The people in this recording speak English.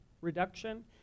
reduction